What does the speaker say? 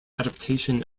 adaptation